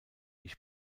ich